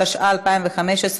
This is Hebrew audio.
התשע"ה 2015,